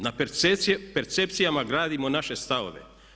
Na percepcijama gradimo naše stavove.